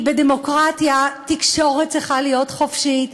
בדמוקרטיה תקשורת צריכה להיות חופשית,